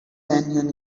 canyon